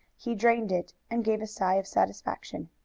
he drained it, and gave a sigh of satisfaction.